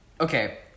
Okay